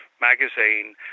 magazine